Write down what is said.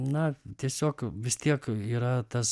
na tiesiog vis tiek yra tas